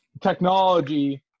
technology